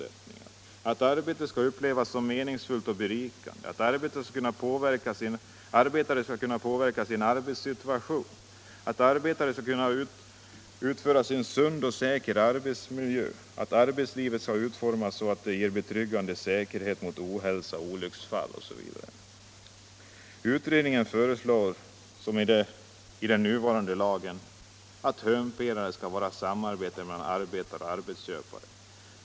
sättningar, att arbetet skall upplevas som meningsfullt och berikande, att arbetarna skall kunna påverka sin arbetssituation, att arbetet skall utföras i en sund och säker miljö, att arbetslivet skall utformas så att det ger betryggande säkerhet mot ohälsa och olycksfall osv. Utredningen föreslår som i den nuvarande lagen, att hörnpelare skall vara samarbete mellan arbetare och arbetsköpare.